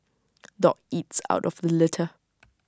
dog eats out of the litter